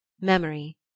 memory